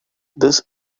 this